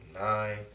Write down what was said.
nine